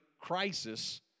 crisis